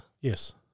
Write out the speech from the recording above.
Yes